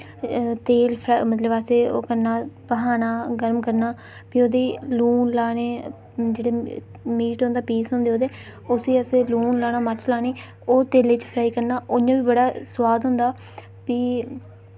तेल मतलब असें ओह् करना भखाना गर्म करना फ्ही ओह्दी लूण लाने जेह्ड़ा मीट होंदा पीस होंदे उदे उसी लूण मर्च लानी ओह् तेलै च फ्राई करना उ'आं बी बड़ा स्वाद होंदा फ्ही